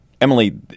Emily